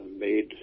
made